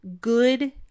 good